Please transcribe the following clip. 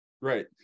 right